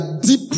deep